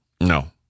No